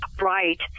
right